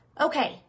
Okay